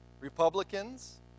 Republicans